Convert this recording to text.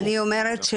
אני אומרת,